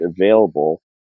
available